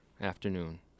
afternoon